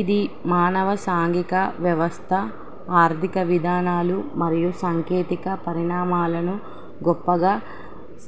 ఇది మానవ సాంఘీక వ్యవస్థ ఆర్థిక విధానాలు మరియు సాంకేతిక పరిణామాలను గొప్పగా